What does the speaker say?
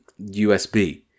USB